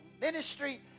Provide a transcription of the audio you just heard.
ministry